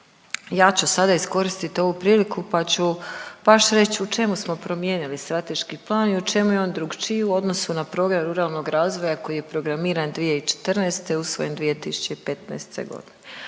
ja ću sada iskoristiti ovu priliku pa ću baš reći u čemu smo promijenili strateški plan i u čemu je on drukčiji u odnosu na program ruralnog razvoja koji je programiran 2014., usvojen 2015.g..